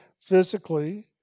physically